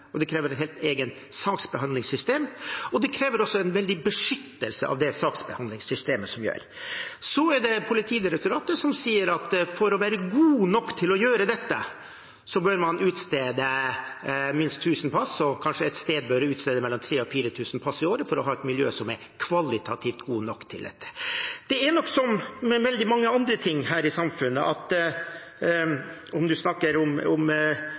kompetanse, det krever et helt eget saksbehandlingssystem, og det krever også en veldig god beskyttelse av det saksbehandlingssystemet som er. Politidirektoratet sier at for å være god nok til å gjøre dette bør man utstede minst 1 000 pass, og kanskje ett sted bør utstede mellom 3 000 og 4 000 pass i året for å ha et miljø som er kvalitativt godt nok for dette. Det er nok sånn som med veldig mange andre ting her i samfunnet, om man snakker om